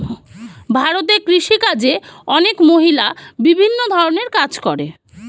ভারতে কৃষিকাজে অনেক মহিলা বিভিন্ন ধরণের কাজ করে